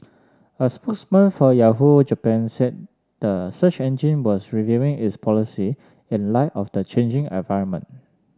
a spokesman for Yahoo Japan said the search engine was reviewing its policy in light of the changing environment